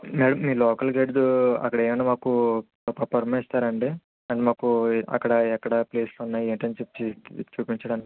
madam మీ local గైడ్తో అక్కడ ఏమన్నా మాకు ఒక పురమాయిస్తారా అండి అండ్ మాకు అక్కడ ఎక్కడ ప్లేసెస్ ఉన్నాయి ఏంటని చెప్పి చూపించడానికి